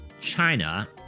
China